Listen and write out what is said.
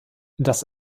das